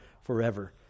forever